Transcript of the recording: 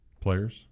Players